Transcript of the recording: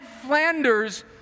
Flanders